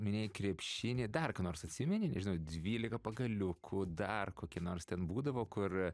minėjai krepšinį dar ką nors atsimeni nežinau dvylika pagaliukų dar kokie nors ten būdavo kur